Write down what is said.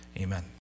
Amen